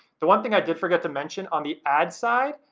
the one thing i did forget to mention on the ad side,